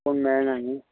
कोण मेळणा न्ही